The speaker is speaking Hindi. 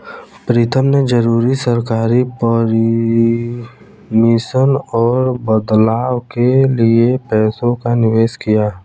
प्रीतम ने जरूरी सरकारी परमिशन और बदलाव के लिए पैसों का निवेश किया